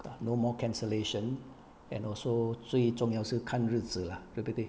but no more cancellation and also 最重要是看日子 lah 对不对